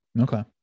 okay